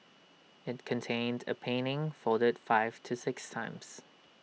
IT contained A painting folded five to six times